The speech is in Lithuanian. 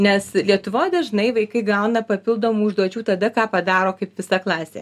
nes lietuvoj dažnai vaikai gauna papildomų užduočių tada ką padaro kaip visa klasė